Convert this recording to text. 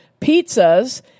pizzas